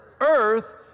earth